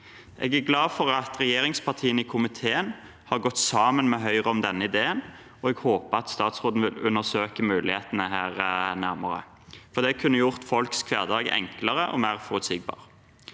Jeg er glad for at regjeringspartiene i komiteen har gått sammen med Høyre om denne ideen, og jeg håper at statsråden vil undersøke mulighetene nærmere, for det kunne gjort folks hverdag enklere og mer forutsigbar.